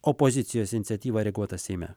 opozicijos iniciatyvą reaguota seime